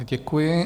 Děkuji.